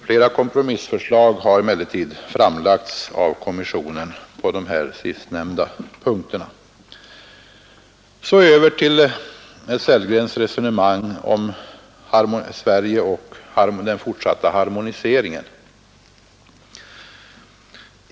Flera kompromissförslag har emellertid framlagts av kommissionen på de sistnämnda punkterna. Så över till herr Sellgrens resonemang om Sverige och den fortsatta harmoniseringen.